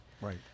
Right